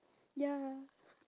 ya